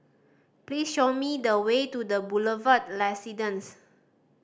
please show me the way to The Boulevard Residence